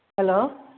hello